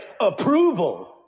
approval